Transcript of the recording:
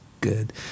good